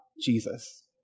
Jesus